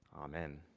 Amen